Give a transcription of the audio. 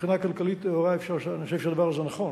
מבחינה כלכלית טהורה, אני חושב שהדבר הזה נכון.